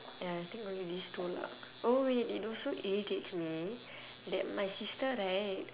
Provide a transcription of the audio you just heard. ya I think only this two lah oh wait it also irritates me that my sister right